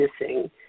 missing